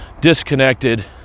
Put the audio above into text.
disconnected